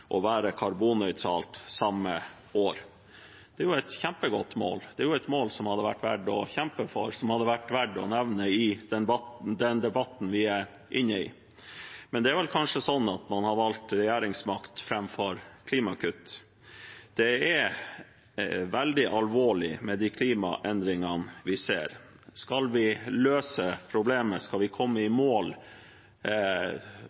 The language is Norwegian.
være karbonnøytralt samme år.» Det er et kjempegodt mål, et mål som hadde vært verdt å kjempe for og verdt å nevne i den debatten vi er inne i. Men man har kanskje valgt regjeringsmakt framfor klimakutt. Det er veldig alvorlig med de klimaendringene vi ser. Skal vi løse problemet, skal vi komme i